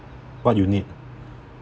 what you need